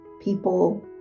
people